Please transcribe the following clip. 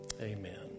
amen